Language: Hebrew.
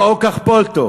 "כבולעו כך פולטו".